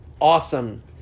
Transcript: awesome